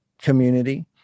community